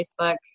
Facebook